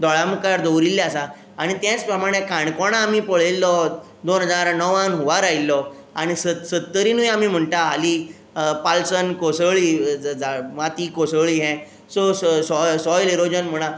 दोळ्या मुखार दवरिल्ले आसा आनी तेच प्रमाणे काणकोणा आमी पळयल्लो दोन हजार णवान हुवांर आयिल्लो आनी सत सत्तरीनूय म्हणटा आमी हाली पालसाण कोसळ्ळी माती कोसळ्ळी सो सो सोयल इरोजन म्हणात